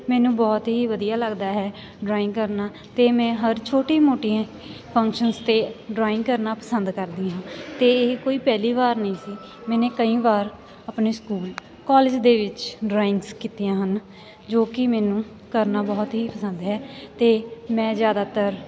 ਮੈਨੂੰ ਬਹੁਤ ਹੀ ਵਧੀਆ ਲੱਗਦਾ ਹੈ ਡਰਾਇੰਗ ਕਰਨਾ ਅਤੇ ਮੈਂ ਹਰ ਛੋਟੀ ਮੋਟੀ ਫੰਕਸ਼ਨਸ 'ਤੇ ਡਰਾਇੰਗ ਕਰਨਾ ਪਸੰਦ ਕਰਦੀ ਹਾਂ ਅਤੇ ਇਹ ਕੋਈ ਪਹਿਲੀ ਵਾਰ ਨਹੀਂ ਸੀ ਮੈਨੇ ਕਈ ਵਾਰ ਆਪਣੇ ਸਕੂਲ ਕੋਲਜ ਦੇ ਵਿੱਚ ਡਰਾਇੰਗਸ ਕੀਤੀਆਂ ਹਨ ਜੋ ਕਿ ਮੈਨੂੰ ਕਰਨਾ ਬਹੁਤ ਹੀ ਪਸੰਦ ਹੈ ਅਤੇ ਮੈਂ ਜ਼ਿਆਦਾਤਰ